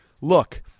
look